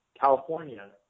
California